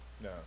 No